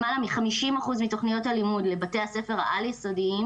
למעלה מ-50% מתוכניות הלימוד לבתי הספר העל-יסודיים,